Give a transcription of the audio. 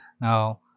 Now